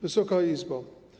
Wysoka Izbo!